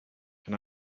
can